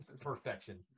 perfection